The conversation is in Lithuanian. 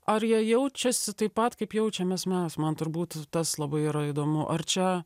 ar jie jaučiasi taip pat kaip jaučiamės mes man turbūt tas labai yra įdomu ar čia